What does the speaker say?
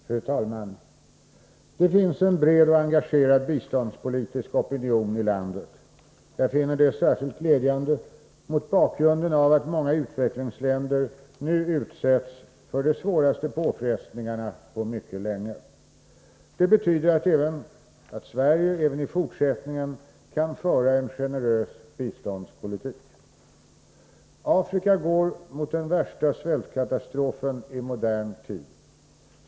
Fru talman! Det finns en bred och engagerad biståndspolitisk opinion i landet. Jag finner detta särskilt glädjande mot bakgrunden av att många utvecklingsländer nu utsätts för de svåraste påfrestningarna på mycket länge. Det betyder att Sverige även i fortsättningen kan föra en generös biståndspolitik. Afrika går mot den värsta svältkatastrofen i modern tid.